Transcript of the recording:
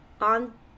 on